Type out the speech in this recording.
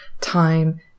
time